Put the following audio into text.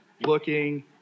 looking